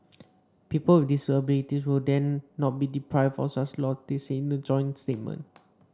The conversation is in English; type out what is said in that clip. people with disabilities will then not be deprived of such lots they said in a joint statement